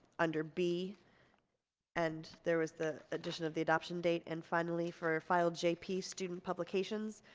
under b and there was the addition of the adoption date and finally for file jp student publications